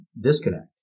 disconnect